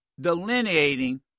delineating